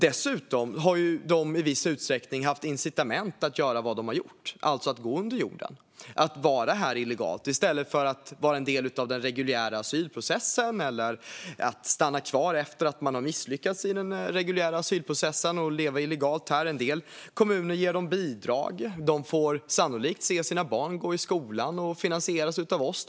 Dessutom har dessa personer i viss grad haft incitament att göra vad de har gjort, alltså att gå under jorden och vara här illegalt i stället för att ingå i den reguljära asylprocessen. En del kommuner ger dem bidrag. De får sannolikt se sina barn gå i skolan och finansieras av oss.